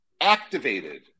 activated